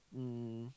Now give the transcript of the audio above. um